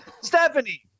Stephanie